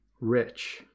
rich